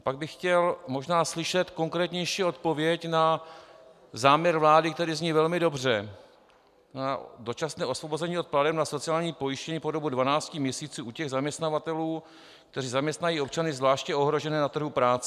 Pak bych chtěl možná slyšet konkrétnější odpověď na záměr vlády, který zní velmi dobře: Dočasné osvobození od plateb na sociální pojištění po dobu 12 měsíců u těch zaměstnavatelů, kteří zaměstnají občany zvláště ohrožené na trhu práce.